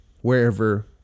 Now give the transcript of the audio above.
wherever